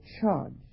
charge